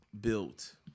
built